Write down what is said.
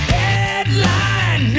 headline